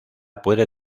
puede